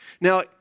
Now